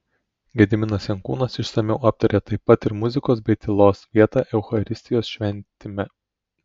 gediminas jankūnas išsamiau aptaria taip pat ir muzikos bei tylos vietą eucharistijos šventime